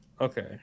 Okay